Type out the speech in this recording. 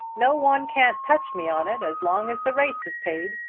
no one can't touch me on it, as long as the rates is paid.